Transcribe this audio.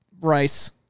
Rice